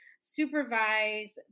supervise